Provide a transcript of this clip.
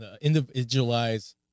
Individualized